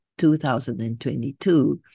2022